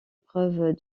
preuve